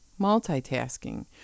multitasking